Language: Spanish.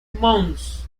mons